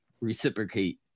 reciprocate